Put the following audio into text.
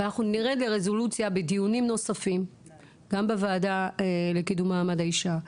בדיונים נוספים בוועדה לקידום מעמד האישה,